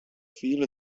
feel